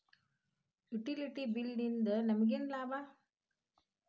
Utility bill ನಿಂದ್ ನಮಗೇನ ಲಾಭಾ?